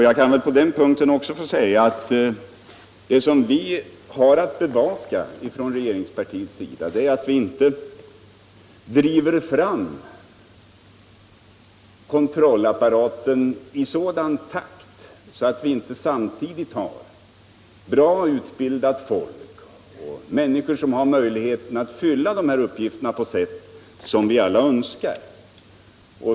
Jag kan väl på den punkten också få säga att det som vi har att bevaka från regeringspartiets sida är att vi inte driver fram kontrollapparaten i sådan takt att vi inte samtidigt har bra utbildat folk, människor som har möjlighet att fylla dessa uppgifter på sätt som vi alla önskar.